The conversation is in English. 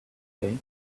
today